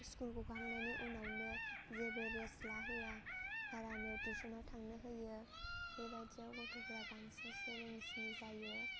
school गखांनायनि उनावनो जेबो रेस्ट लाहोआगारानो टिउस'नाव थांनो होयो बेबायदियाव गथ'फोरा बांसिनसो रोंसिनि जायो